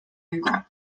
niego